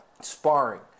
sparring